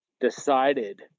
decided